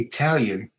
Italian